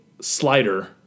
slider